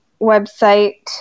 website